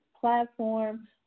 platform